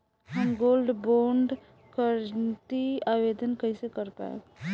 हम gold bond करतिं आवेदन कइसे कर पाइब?